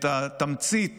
את התמצית